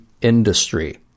industry